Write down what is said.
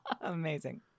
Amazing